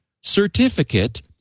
certificate